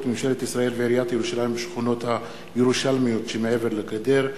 ממשלת ישראל ועיריית ירושלים בשכונות הירושלמיות שמעבר לגדר,